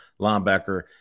linebacker